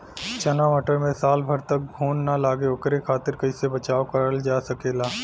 चना मटर मे साल भर तक घून ना लगे ओकरे खातीर कइसे बचाव करल जा सकेला?